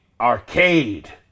Arcade